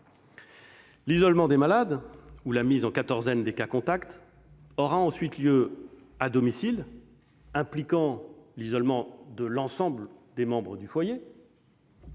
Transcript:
L'isolement des malades ou la mise en quatorzaine des cas contacts aura ensuite lieu à domicile, impliquant l'isolement de l'ensemble des membres du foyer.